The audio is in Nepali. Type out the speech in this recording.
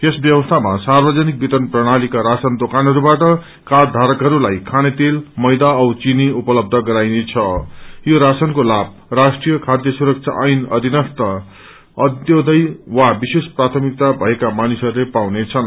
यस व्यवस्थामा सार्वजनिक वितरण प्रणालीाका राशन दोकानहरूबाट कार्ड धारकहरूलाई खानेतेल मैदा औ चिनी उपलब्ध गराइनेछं यो राशनको लाभ राष्ट्रिय खाध्य सुरक्षा ऐन अधीन अन्त्येदय वा विशेष प्राथमिकता भएका मानिसहरूले पाउनेछन्